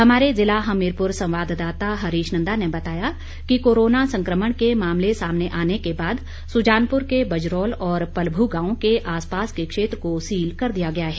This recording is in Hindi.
हमारे ज़िला हमीरप़्र संवाददाता हरीश नंदा ने बताया कि कोरोना संक्रमण के मामले सामने आने के बाद सुजानपुर के बजरोल और पलभु गांव के आसपास के क्षेत्र को सील कर दिया गया है